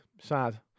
Sad